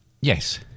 Yes